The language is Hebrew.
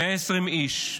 120 איש.